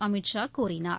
அமித் ஷா கூறினார்